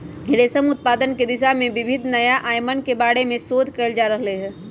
रेशम उत्पादन के दिशा में विविध नया आयामन के बारे में शोध कइल जा रहले है